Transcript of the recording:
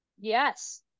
Yes